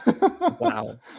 Wow